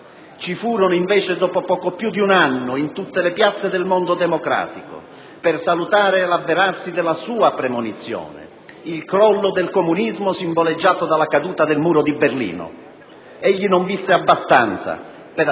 ci furono invece poco più di un anno dopo, in tutte le piazze del mondo democratico per salutare l'avverarsi della sua premonizione: il crollo del comunismo, simboleggiato dalla caduta del Muro di Berlino. Egli non visse abbastanza per assistervi